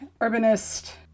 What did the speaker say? urbanist